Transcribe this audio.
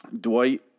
Dwight